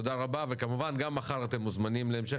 תודה רבה וכמובן גם מחר אתם מוזמנים להמשך הדיון.